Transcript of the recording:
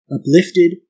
uplifted